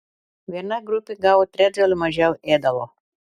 viena grupė gavo trečdaliu mažiau ėdalo